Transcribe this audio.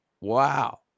Wow